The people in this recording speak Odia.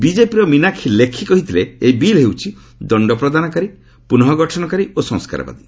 ବିଜେପିର ମୀନାକ୍ଷି ଲେଖି କହିଥିଲେ ଏହି ବିଲ୍ ହେଉଛି ଦଣ୍ଡ ପ୍ରଦାନକାରୀ ପୁନଃଗଠନକାରୀ ଓ ସଂସ୍କାରବାଦୀ